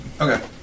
Okay